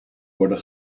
worden